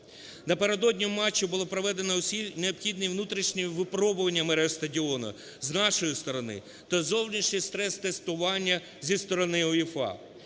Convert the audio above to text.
Напередодні матчу було проведено усі необхідні внутрішні випробування мереж стадіону з нашої сторони та зовнішнє стрес-тестування зі сторони УЄФА.